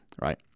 right